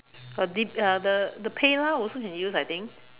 but D uh the the PayLah also can use I think